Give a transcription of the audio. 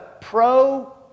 pro